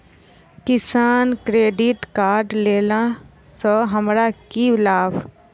किसान credit card लेला सऽ हमरा की लाभ?